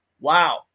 Wow